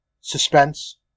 suspense